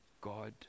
God